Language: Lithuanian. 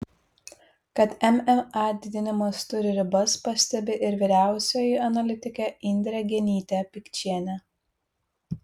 kad mma didinimas turi ribas pastebi ir vyriausioji analitikė indrė genytė pikčienė